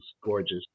gorgeous